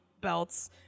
belts